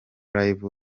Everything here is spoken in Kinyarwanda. live